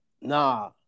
nah